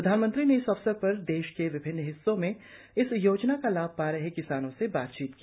प्रधानमंत्री ने इस अवसर पर देश के विभिन्न हिस्सों में इस योजना का लाभ पा रहे किसानों से बातचीत की